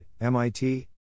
MIT